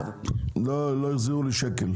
בקורונה בתי המלון לא החזירו לי שקל.